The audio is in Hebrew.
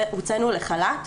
הוצאנו לחל"ת,